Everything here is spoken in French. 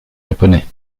japonais